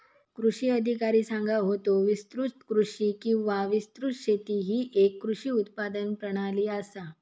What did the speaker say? कृषी अधिकारी सांगा होतो, विस्तृत कृषी किंवा विस्तृत शेती ही येक कृषी उत्पादन प्रणाली आसा